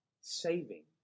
saving